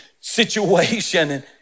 situation